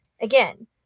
Again